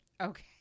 Okay